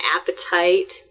appetite